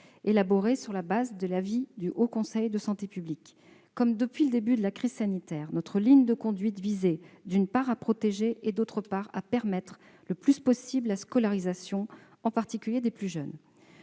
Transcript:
élaboré sur la base des avis du Haut Conseil de la santé publique. Depuis le début de la crise sanitaire, notre ligne de conduite vise non seulement à protéger, mais aussi à permettre le plus possible la scolarisation des élèves, en particulier des plus jeunes.